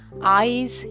eyes